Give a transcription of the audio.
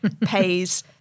pays